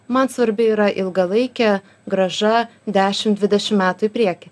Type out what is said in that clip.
man svarbi yra ilgalaikė grąža dešim dvidešim metų į priekį